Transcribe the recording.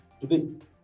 today